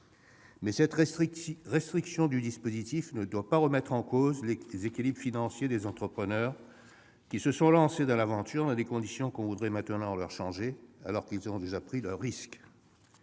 cette restriction du dispositif ne doit pas remettre en cause les équilibres financiers des entrepreneurs qui se sont lancés dans l'aventure, dans des conditions qu'il s'agirait maintenant de changer, alors qu'ils ont déjà pris un risque.